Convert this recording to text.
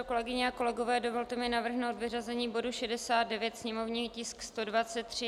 Kolegyně a kolegové, dovolte mi navrhnout vyřazení bodu 69, sněmovní tisk 123.